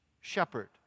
shepherd